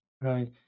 Right